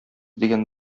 дигән